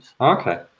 Okay